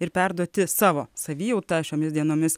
ir perduoti savo savijautą šiomis dienomis